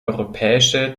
europäische